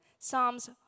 Psalms